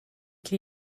qui